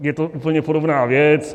Je to úplně podobná věc.